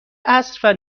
عصر